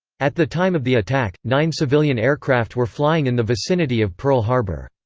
at the time of the attack, nine civilian aircraft were flying in the vicinity of pearl harbor.